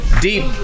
deep